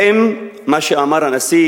האם מה שאמר הנשיא